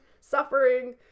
suffering